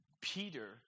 Peter